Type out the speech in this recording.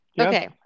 Okay